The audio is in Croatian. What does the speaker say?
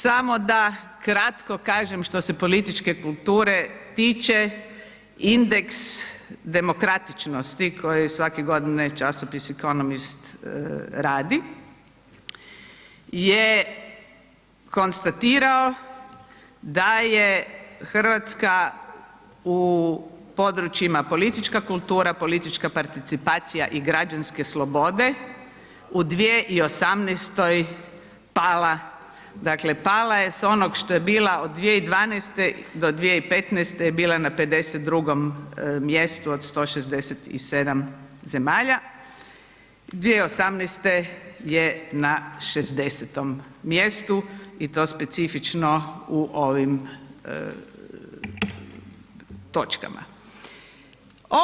Samo da kratko kažem što se političke kulture tiče, indeks demokratičnosti, koju svake godine časopis Ekonomist radi, je konstatirao da je RH u područjima politička kultura, politička participacija i građanske slobode u 2018. pala, dakle, pala je s onog što je bila od 2012. do 2015. je bila na 52. mjestu od 167 zemalja, 2018. je na 60. mjestu i to specifično u ovim točkama.